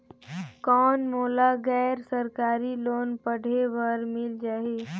कौन मोला गैर सरकारी लोन पढ़े बर मिल जाहि?